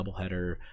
doubleheader